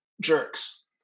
jerks